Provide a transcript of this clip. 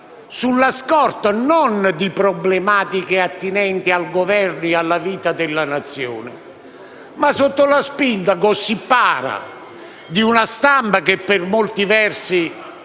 sulla scorta, non di problematiche attinenti al Governo e alla vita della Nazione, ma sotto la spinta "gossipara" di una stampa che, per molti versi,